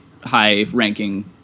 high-ranking